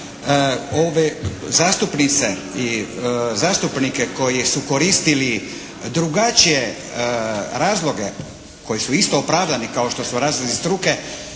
ove zastupnice i zastupnike koji su koristili drugačije razloge koji su isto opravdani kao što su razlozi struke,